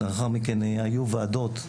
לאחר מכן היו ועדות,